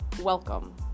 Welcome